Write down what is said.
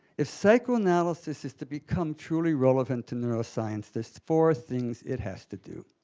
if psychoanalysis is to become truly relevant to neuroscience, there's four things it has to do.